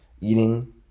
eating